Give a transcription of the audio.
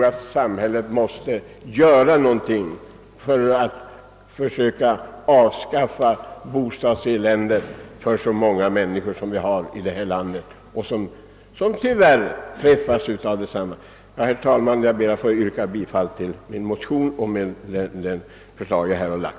Samhället måste göra någonting för att vi skall komma till rätta med det bostadselände som många människor i detta land lider av.